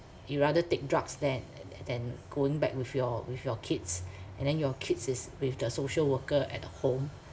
you rather take drugs than than going back with your with your kids and then your kids is with the social worker at home